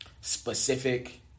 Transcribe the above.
specific